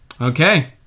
Okay